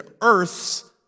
earths